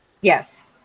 Yes